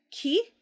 key